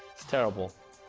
it's terrible,